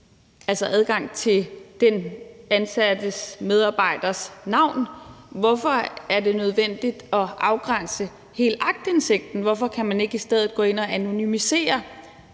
i adgangen til den medarbejderens navn. Hvorfor er det nødvendigt at afgrænse hele aktindsigten? Hvorfor kan man ikke i stedet gå ind at anonymisere